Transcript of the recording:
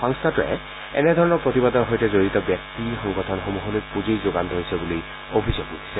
সংস্থাটোৱে এনেধৰণৰ প্ৰতিবাদৰ সৈতে জড়িত ব্যক্তি সংগঠনসমূহলৈ পুঁজিৰ যোগান ধৰিছে বুলি অভিযোগ উঠিছে